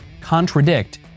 contradict